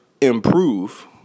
improve